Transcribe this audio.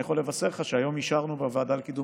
אני יכול לבשר לך שהיום אישרנו בוועדה לקידום